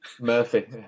Murphy